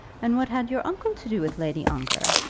and what had your uncle to do with lady ongar?